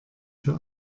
für